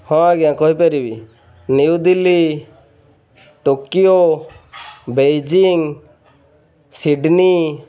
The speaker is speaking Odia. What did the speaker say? ହଁ ଆଜ୍ଞା କହିପାରିବି New Delhi Tokyo Beijing Sydney